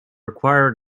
require